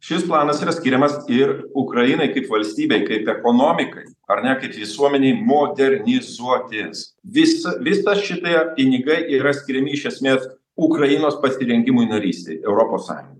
šis planas yra skiriamas ir ukrainai kaip valstybei kaip ekonomikai ar ne kaip visuomenei modernizuotis visą visą šitai pinigai yra skiriami iš esmės ukrainos pasirengimui narystei europos sąjungoj